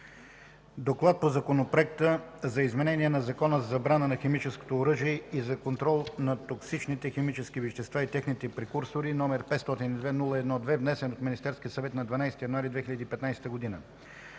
„ДОКЛАД по Законопроекта за изменение на Закона за забрана на химическото оръжие и за контрол на токсичните химически вещества и техните прекурсори, № 502-01-2, внесен от Министерския съвет на 12 януари 2015 г.